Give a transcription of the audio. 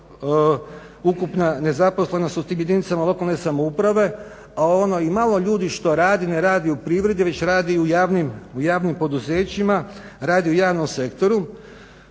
ukupna nezaposlenost u tim jedinicama lokalne samouprave, a i ono malo ljudi što radi ne radi u privredi već radi u javnim poduzećima, radi u javnom sektoru